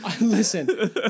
Listen